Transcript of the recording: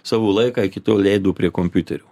savo laiką iki tol leido prie kompiuterių